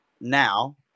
now